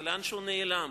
זה נעלם